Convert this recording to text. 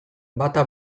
bata